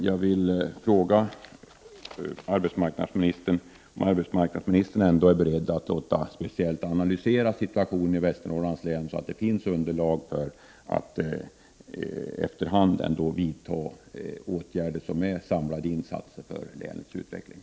Jag vill fråga arbetsmarknadsministern om hon ändå är beredd att låta speciellt analysera situationen i Västernorrland så att man får underlag för att efter hand vidta åtgärder och göra samlade insatser för länets utveckling.